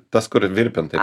tas kur virpint taip